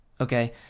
Okay